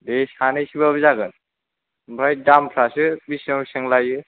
दे सानैसोबाबो जागोन आमफ्राय दामफ्रासो बेसेबां बेसेबां लायो